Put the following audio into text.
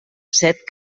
set